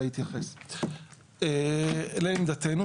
לעמדתנו,